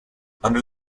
under